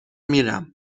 میرم